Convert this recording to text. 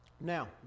Now